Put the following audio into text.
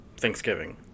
Thanksgiving